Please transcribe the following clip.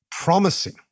promising